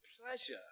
pleasure